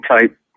type